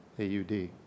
AUD